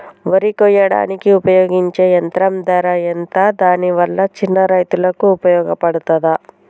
వరి కొయ్యడానికి ఉపయోగించే యంత్రం ధర ఎంత దాని వల్ల చిన్న రైతులకు ఉపయోగపడుతదా?